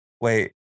wait